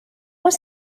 was